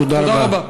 תודה רבה.